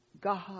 God